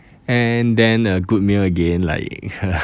and then a good meal again like